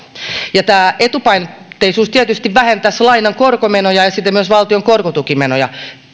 tämä etupainotteisuus tietysti vähentäisi lainan korkomenoja ja siten myös valtion korkotukimenoja